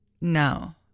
No